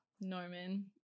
Norman